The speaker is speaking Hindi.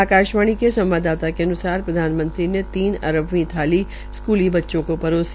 आकाशवाणी के संवाददाता प्रधानमंत्री ने तीन अरबबीं थाली स्कूली बच्चों को परोसी